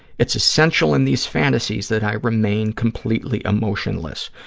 it's essential in these fantasies that i remain completely emotionless.